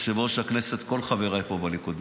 יושב-ראש הכנסת וכל חבריי פה בליכוד,